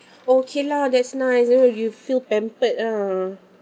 okay lah that's nice you know you feel pampered ah